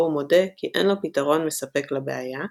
הוא מודה כי אין לו פתרון מספק לבעיה,